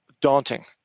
daunting